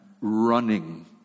running